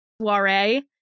soiree